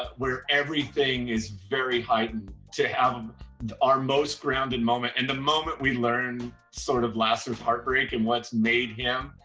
where everything is very heightened to have our most grounded moment and the moment we learn, sort of, lassiter's heart break and what's made him.